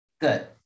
Good